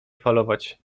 falować